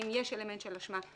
האם יש אלמנט של אשמה.